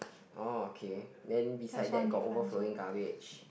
okay then beside that got overflowing garbage